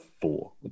four